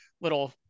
little